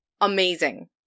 amazing